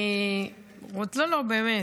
לא, באמת.